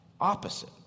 opposite